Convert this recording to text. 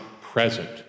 present